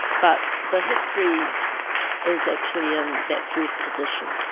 but the history is actually in that first edition.